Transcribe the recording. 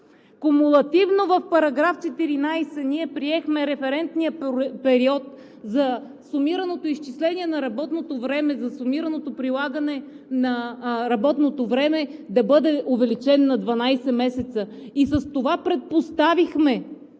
Кумулативно в § 14 ние приехме референтния период за сумираното изчисление на работното време, за сумираното прилагане на работното време да бъде увеличен на 12 месеца и с това предпоставихме